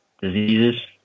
diseases